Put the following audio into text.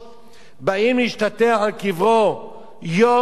באים להשתטח על קברו יום ולילה.